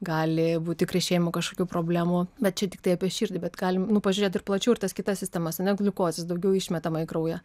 gali būti krešėjimo kažkokių problemų bet čia tiktai apie širdį bet galim nu pažiūrėt ir plačiau ir tas kitas sistemas ar ne gliukozės daugiau išmetama į kraują